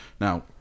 Now